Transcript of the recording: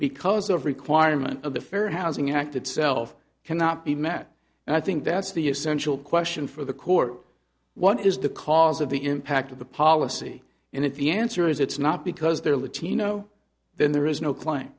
because of requirement of the fair housing act itself cannot be met and i think that's the essential question for the court what is the cause of the impact of the policy and if you answer is it's not because there latino then there is no cla